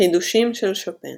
חידושים של שופן